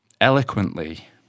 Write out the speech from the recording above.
eloquently